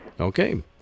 Okay